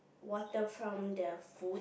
water from the food